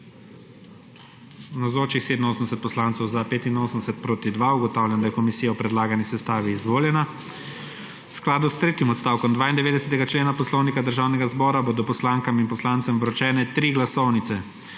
2. (Za je glasovalo 85.) (Proti 2.) Ugotavljam, da je komisija o predlagani sestavi izvoljena. V skladu s tretjim odstavkom 92. člena Poslovnika Državnega zbora bodo poslankam in poslancem vročene tri glasovnice,